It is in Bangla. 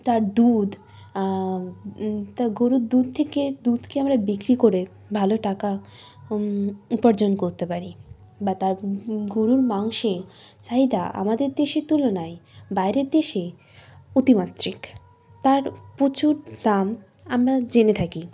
তার দুধ তার গোরুর দুধ থেকে দুধকে আমরা বিক্রি করে ভালো টাকা উপার্জন করতে পারি বা তার গোরুর মাংসে চাহিদা আমাদের দেশের তুলনায় বাইরের দেশে অতিমাত্রিক তার প্রচুর দাম আমরা জেনে থাকি